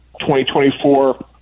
2024